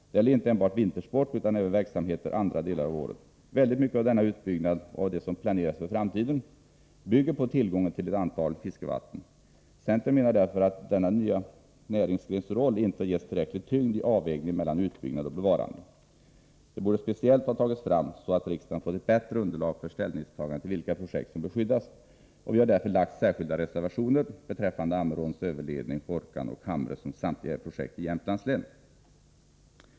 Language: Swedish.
Det gäller inte enbart vintersport utan även verksamheter under andra delar av året. Väldigt mycket av denna utbyggnad och av det som planeras i framtiden bygger på tillgången till ett antal fiskevatten. Centern menar därför att denna nya näringsgrens roll inte getts tillräcklig tyngd i avvägningen mellan utbyggnad och bevarande. Detta borde speciellt ha tagits fram så att riksdagen fått ett bättre underlag för ställningstagande till vilka projekt som bör skyddas. Vi har därför till betänkandet fogat särskilda reservationer beträffande Ammeråns överledning, Hårkan och Hamre, som samtliga är projekt i Jämtlands län.